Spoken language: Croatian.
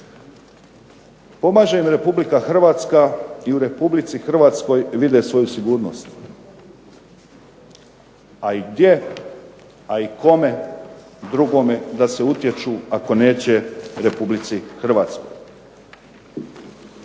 Pomaže im Republika Hrvatska i u Republici Hrvatskoj vide svoju sigurnost. A i gdje, a i kome drugome da se utječu ako neće Republici Hrvatskoj.